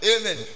Amen